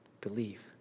Believe